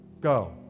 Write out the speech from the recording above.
go